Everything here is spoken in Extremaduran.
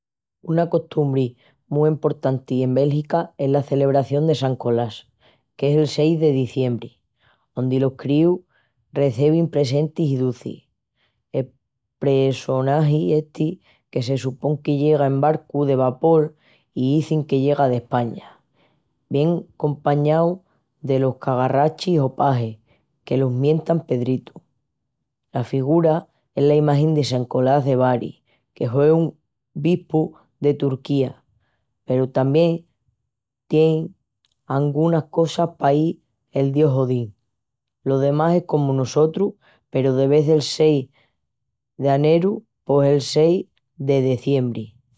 Una costumbri mu emportanti en Bélgica es la celebración de San Colás, qu'es el seis de deziembri, ondi los críus recebin presentis i ducis. El pressonagi esti, que se supon que llega en barcu de vapol, i izin que llega d'España. Vien compañau delos cagarrachis o pajes, que los mientan Pedritos. La figura es la imagi de San Colás de Bari, que hue un bispu de Turquía peru tamién tien angunas cosas que pahi el dios Odin. Lo demás es comu nusotrus peru de vés del seis d'aneru pos el seis de deziembri.